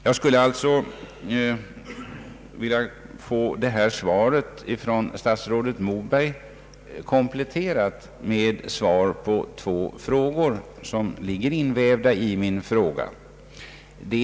Jag skulle alltså vilja få detta svar av statsrådet Moberg kompletterat med svar på två frågor, som ligger invävda i min interpellation.